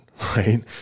right